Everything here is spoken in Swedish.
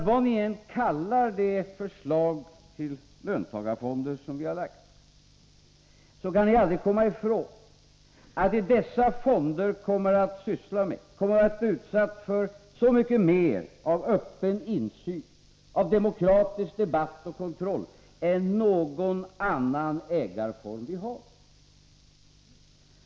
Vad ni än kallar det förslag till löntagarfonder som vi lagt fram, kan ni aldrig komma ifrån att vad dessa fonder kommer att syssla med kommer att vara utsatt för mycket mera av öppen insyn, av demokratisk debatt och kontroll än någon annan ägarform i vårt land.